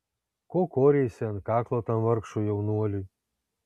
ko koreisi ant kaklo tam vargšui jaunuoliui